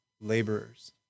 laborers